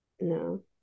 No